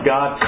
God